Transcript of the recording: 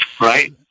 Right